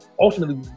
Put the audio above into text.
ultimately